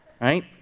right